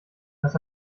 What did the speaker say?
das